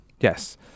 Yes